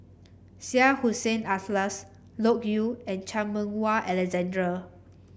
Syed Hussein Alatas Loke Yew and Chan Meng Wah Alexander